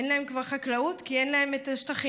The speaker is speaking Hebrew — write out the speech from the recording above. ואין להם חקלאות כי אין להם את השטחים,